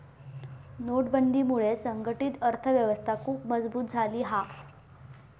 नोटबंदीमुळा संघटीत अर्थ व्यवस्था खुप मजबुत झाली हा